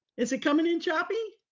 is it coming in choppy?